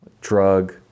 drug